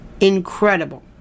incredible